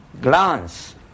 glance